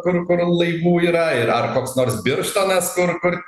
kur kur laivų yra ir ar koks nors birštonas kur kur